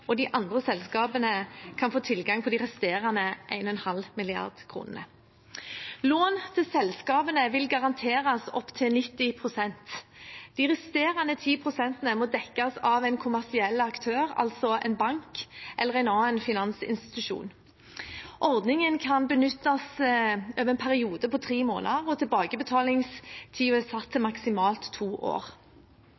og Widerøe og de andre selskapene kan få tilgang på de resterende 1,5 mrd. kr. Lån til selskapene vil garanteres opptil 90 pst. De resterende 10 pst. må dekkes av en kommersiell aktør, altså en bank eller en annen finansinstitusjon. Ordningen kan benyttes over en periode på 3 måneder, og tilbakebetalingstiden er satt til